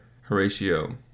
Horatio